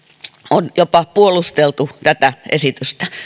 on jopa puolusteltu tätä esitystä